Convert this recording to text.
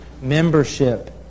membership